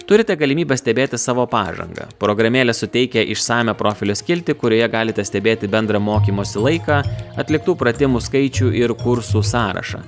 turite galimybę stebėti savo pažangą programėlė suteikia išsamią profilio skiltį kurioje galite stebėti bendrą mokymosi laiką atliktų pratimų skaičių ir kursų sąrašą